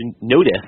notice